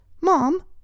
Mom